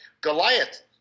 Goliath